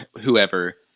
whoever